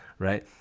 right